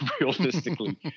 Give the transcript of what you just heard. realistically